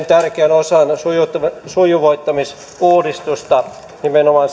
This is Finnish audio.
osan sujuvoittamisuudistusta nimenomaan